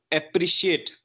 appreciate